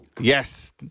Yes